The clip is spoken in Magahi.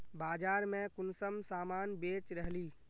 बाजार में कुंसम सामान बेच रहली?